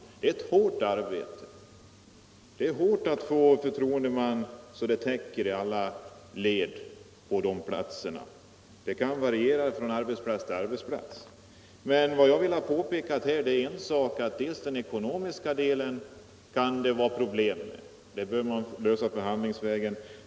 Det är ett hårt arbete att vara förtroendeman på sådana arbetsplatser, och det är svårt att arbeta så att det täcker i alla led. Uppgifterna kan variera från arbetsplats till arbetsplats. Men vad jag har velat peka på är att det kan vara problem med den ekonomiska delen, och de bör i så fall lösas förhandlingsvägen.